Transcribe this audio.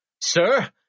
Sir